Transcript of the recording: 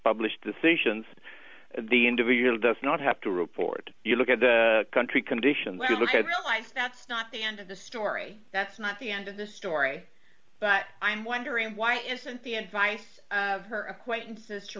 published decisions the individual does not have to report you look at the country conditions you look at realise that's not the end of the story that's not the end of the story but i'm wondering why isn't the advice of her acquaintances to